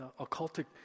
occultic